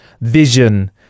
vision